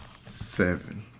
seven